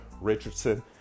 Richardson